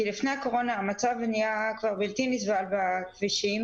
לפני הקורונה המצב נהיה כבר בלתי נסבל בכבישים,